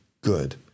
good